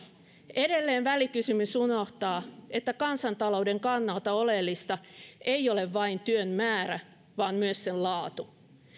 edelleen välikysymys unohtaa että kansantalouden kannalta oleellista ei ole vain työn määrä vaan myös sen laatu